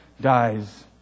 dies